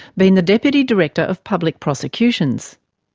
been the deputy director of public prosecutions.